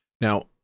Now